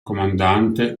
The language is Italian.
comandante